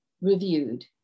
reviewed